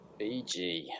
BG